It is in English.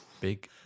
Big